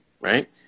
right